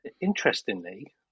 Interestingly